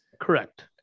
Correct